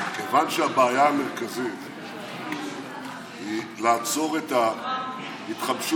כיוון שהבעיה המרכזית היא לעצור את ההתחמשות